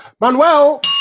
Manuel